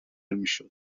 میشد